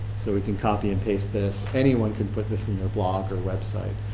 so we can copy and paste this. anyone can put this in their blog or website.